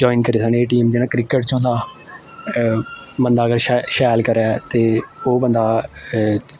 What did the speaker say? join करी सके एह् टीम जियां क्रिकेट च होंदा बंदा अगर शैल करै ते ओह् बंदा